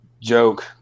joke